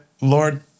Lord